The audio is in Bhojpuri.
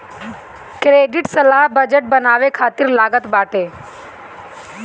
क्रेडिट सलाह बजट बनावे खातिर लागत बाटे